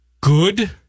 good